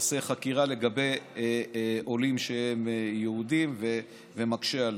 עושה חקירה לגבי עולים שהם יהודים ומקשה עליהם.